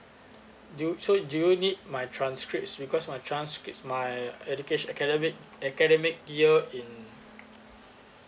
do you so do you need my transcripts because my transcripts my education academic academic year in